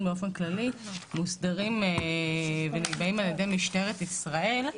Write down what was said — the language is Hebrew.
באופן כללי מוסדרים ונקבעים על ידי משטרת ישראל.